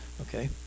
Okay